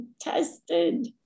tested